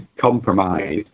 compromise